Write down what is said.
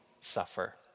suffer